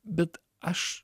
bet aš